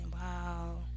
Wow